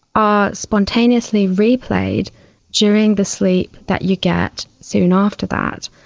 are spontaneously replayed during the sleep that you get soon after that.